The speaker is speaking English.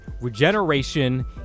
regeneration